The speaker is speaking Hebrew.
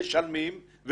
משלמים,